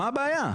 מה הבעיה?